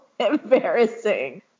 embarrassing